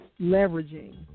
Leveraging